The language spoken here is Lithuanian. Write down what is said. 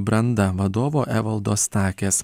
branda vadovo evaldo stakės